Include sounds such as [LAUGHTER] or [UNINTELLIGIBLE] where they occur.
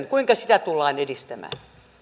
[UNINTELLIGIBLE] kuinka sitä tullaan edistämään